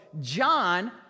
John